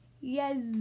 Yes